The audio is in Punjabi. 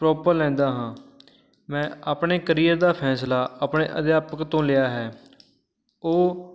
ਪ੍ਰੋਪਰ ਲੈਂਦਾ ਹਾਂ ਮੈਂ ਆਪਣੇ ਕਰੀਅਰ ਦਾ ਫੈਸਲਾ ਆਪਣੇ ਅਧਿਆਪਕ ਤੋਂ ਲਿਆ ਹੈ ਉਹ